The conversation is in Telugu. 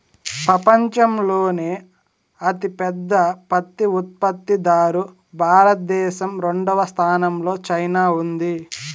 పపంచంలోనే అతి పెద్ద పత్తి ఉత్పత్తి దారు భారత దేశం, రెండవ స్థానం లో చైనా ఉంది